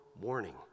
warning